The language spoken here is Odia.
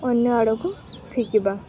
ଅନ୍ୟ ଆଡ଼କୁ ଫିଙ୍ଗିବା